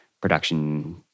production